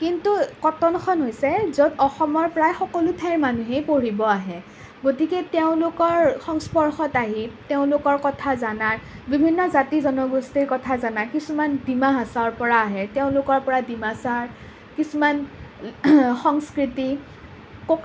কিন্তু কটনখন হৈছে য'ত অসমৰ প্ৰায় সকলো ঠাইৰ মানুহেই পঢ়িব আহে গতিকে তেওঁলোকৰ সংস্পৰ্শত আহি তেওঁলোকৰ কথা জনা বিভিন্ন জাতি জনগোষ্ঠীৰ কথা জনা কিছুমান ডিমা হাছাউৰ পৰা আহে তেওঁলোকৰ পৰা ডিমাছা কিছুমান সংস্কৃতি